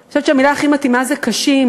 אני חושבת שהמילים הכי מתאימות: קשים,